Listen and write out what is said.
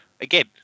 again